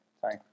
sorry